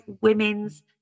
women's